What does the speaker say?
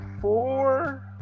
four